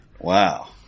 Wow